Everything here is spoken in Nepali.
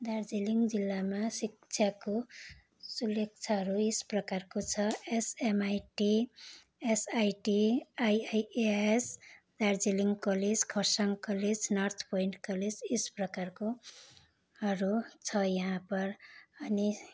दार्जिलिङ जिल्लामा शिक्षाको सुलेक्छाहरू यस प्रकारको छ SMIT SIT IIES Darjeeling college Kurseong college north point college यस प्रकारकोहरू छ यहाँ पर अनि